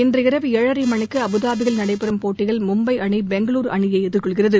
இன்றிரவு ஏழரை மணிக்கு அபுதாபியில் நடைபெறும் போட்டியில் மும்பை அணி பெங்களூரு அணியை எதிர்கொள்கிறது